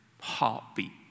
heartbeat